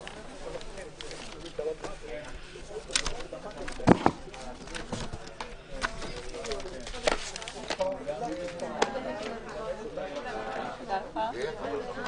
11:35.